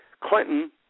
Clinton